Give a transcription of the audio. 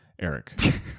Eric